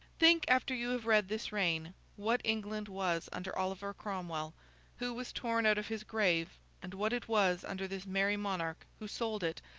think, after you have read this reign, what england was under oliver cromwell who was torn out of his grave, and what it was under this merry monarch who sold it,